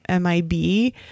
mib